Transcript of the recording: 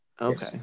Okay